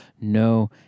no